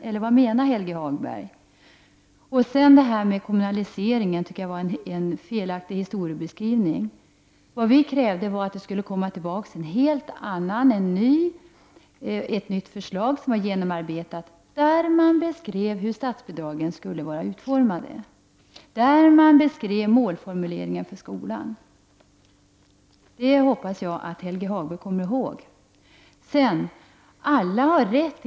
Historieskrivningen om kommunalisering var felaktig. Vad vi har krävt är att det skulle komma tillbaka ett helt nytt, genomarbetat förslag med en beskrivning av hur statsbidragen skulle vara utformade och en beskrivning av målformuleringen för skolan. Jag hoppas att Helge Hagberg kommer ihåg det.